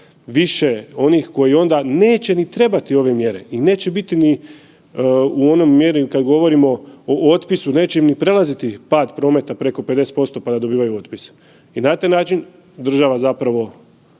više koji onda neće ni trebati ove mjere i neće biti ni u onoj mjeri kad govorimo o otpisu neće ni prelaziti pad prometa preko 50% pa da dobivaju otpise. I na taj način država zapravo